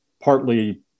partly